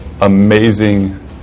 amazing